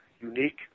unique